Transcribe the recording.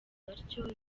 atyo